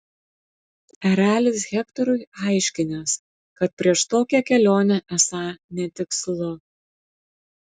erelis hektorui aiškinęs kad prieš tokią kelionę esą netikslu